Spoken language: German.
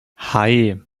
hei